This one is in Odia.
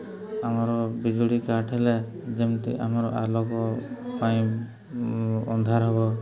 ଆମର ବିଜୁଳି କାଟ୍ ହେଲେ ଯେମିତି ଆମର ଆଲୋକ ପାଇଁ ଅନ୍ଧାର ହେବ